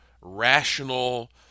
rational